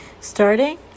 Starting